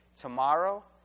tomorrow